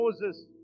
Moses